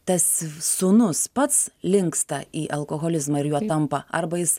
tas sūnus pats linksta į alkoholizmą ir juo tampa arba jis